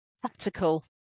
practical